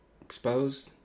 exposed